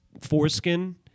foreskin